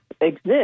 Exist